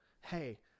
hey